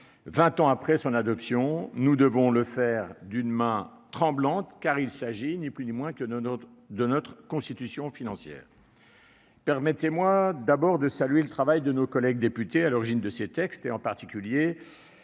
ans après son adoption. Nous devons le faire d'une « main tremblante », car il s'agit, ni plus ni moins, de notre « constitution financière ». Permettez-moi d'abord de saluer le travail de nos collègues députés à l'origine de ces textes, en particulier